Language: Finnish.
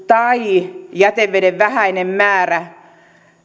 tai jäteveden vähäinen määrä